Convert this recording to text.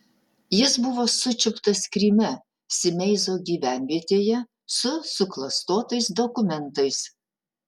jis buvo sučiuptas kryme simeizo gyvenvietėje su suklastotais dokumentais